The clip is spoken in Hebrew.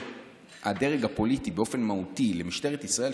הדרג הפוליטי באופן מהותי למשטרת ישראל,